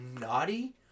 naughty